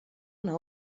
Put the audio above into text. una